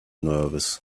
nervous